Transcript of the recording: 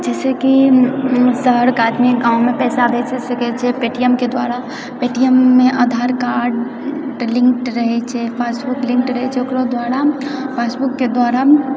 जैसेकी शहरके आदमी गाँवमे पैसा भेज सकैत छै पेटीएमके द्वारा पेटीएममे आधार कार्ड लिंक्ड रहैत छै पासबुक लिंक्ड रहैत छै ओकरो द्वारा पासबुकके द्वारा